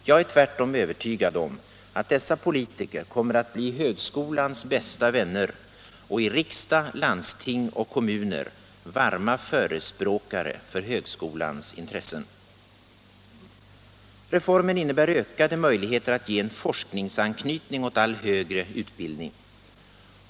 Jag är tvärtom övertygad om att dessa politiker kommer att bli högskolans bästa vänner och i riksdag, landsting och kommuner varma förespråkare för högskolans intressen. Reformen innebär ökade möjligheter att ge en forskningsanknytning åt all högre utbildning.